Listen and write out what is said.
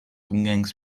umgangs